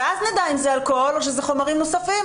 ואז נדע אם זה אלכוהול או שזה חומרים נוספים,